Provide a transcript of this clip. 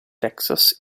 texas